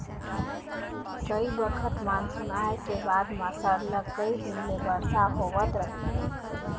कइ बखत मानसून आए के बाद म सरलग कइ दिन ले बरसा होवत रहिथे